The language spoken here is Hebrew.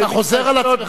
אתה חוזר על עצמך.